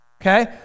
okay